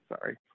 sorry